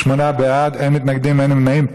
שמונה בעד, אין מתנגדים, אין נמנעים.